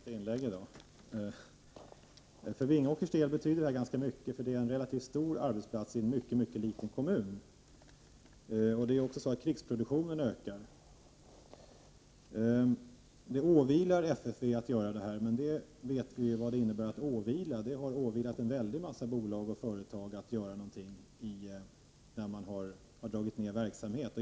Herr talman! Detta blir mitt sista inlägg i dag. För Vingåkers del betyder FFV ganska mycket. Det är en relativt stor arbetsplats i en mycket liten kommun. Krigsproduktionen ökar. Det ”åvilar FFV” ett ansvar, säger industriministern. Vi vet ju vad det innebär. Det har ”åvilat” en väldigt stor mängd bolag och företag att svara för ersättningsproduktion när man har dragit ner verksamheter.